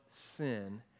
sin